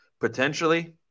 potentially